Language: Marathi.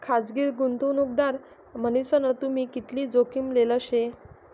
खासगी गुंतवणूकदार मन्हीसन तुम्ही कितली जोखीम लेल शे